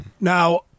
now